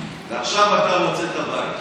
ועכשיו אתה רוצה את הבית,